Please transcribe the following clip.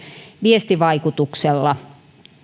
viestivaikutuksella